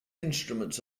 instruments